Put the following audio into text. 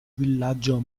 villaggio